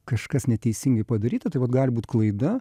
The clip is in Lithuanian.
kažkas neteisingai padaryta tai vat gali būt klaida